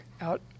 out